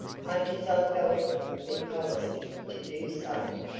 much as i felt it would be policy to do so.